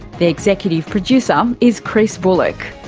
the executive producer um is chris bullock,